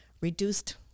reduced